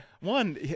One